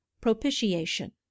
propitiation